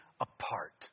apart